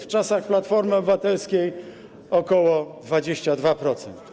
W czasach Platformy Obywatelskiej wynosił ok. 22%.